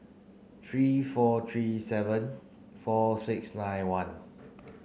three four three seven four six nine one